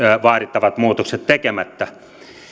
vaadittavat muutokset tekemättä